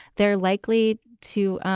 they're likely to,